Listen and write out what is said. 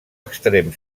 extrem